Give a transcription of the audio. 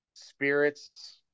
Spirits